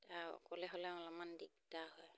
তাৰ অকলে হ'লে অলপমান দিগদাৰ হয়